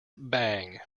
bang